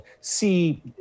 see